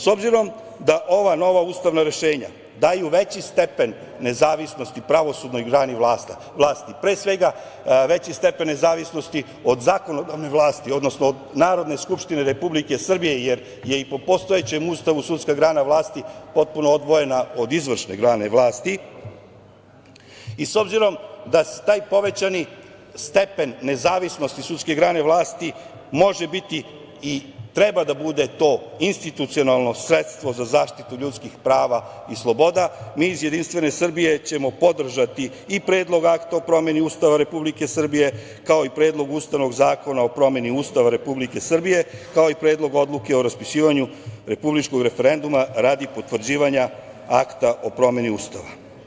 S obzirom da ova nova ustavna rešenja daju veći stepen nezavisnosti pravosudnoj grani vlasti, pre svega veći stepen nezavisnosti od zakonodavne vlasti, odnosno od Narodne skupštine Republike Srbije jer je i po postojećem Ustavu sudska grana vlasti potpuno odvojena od izvršne grane vlasti i s obzirom da taj povećani stepen nezavisnosti sudske grane vlasti može biti i treba da bude to institucionalno sredstvo za zaštitu ljudskih prava i sloboda, mi iz JS ćemo podržati i Predlog akta o promeni Ustava Republike Srbije, kao i Predlog ustavnog zakona o promeni Ustava Republike Srbije, kao i Predlog odluke o raspisivanju republičkog referenduma radi potvrđivanja Akta o promeni Ustava.